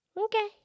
Okay